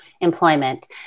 employment